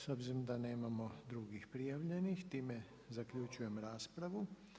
S obzirom da nemamo drugih prijavljenih, time zaključujem raspravu.